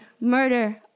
murder